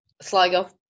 Sligo